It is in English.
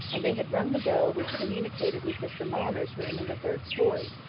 and they had rung the bell which communicated with mr mulliner's room in the third storey,